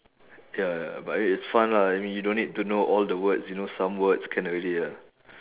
ya ya but it's fun lah I mean you don't need to know all the words you know some words can already ah